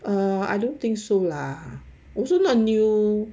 uh I don't think so lah also not new